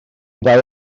ddau